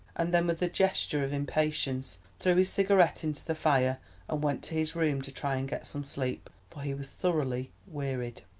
and then with a gesture of impatience threw his cigarette into the fire and went to his room to try and get some sleep, for he was thoroughly wearied.